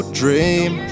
dream